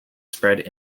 spread